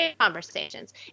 conversations